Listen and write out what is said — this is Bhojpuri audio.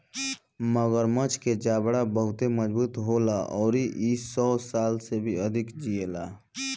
मगरमच्छ के जबड़ा बहुते मजबूत होला अउरी इ सौ साल से अधिक जिएला